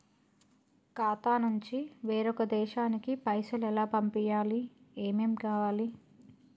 ఖాతా నుంచి వేరొక దేశానికి పైసలు ఎలా పంపియ్యాలి? ఏమేం కావాలి?